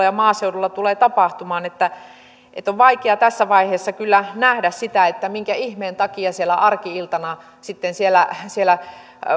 ja maaseudulla tulee tapahtumaan on kyllä vaikea tässä vaiheessa nähdä sitä minkä ihmeen takia arki iltana siellä siellä